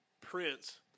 prince